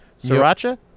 Sriracha